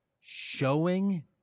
showing